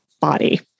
body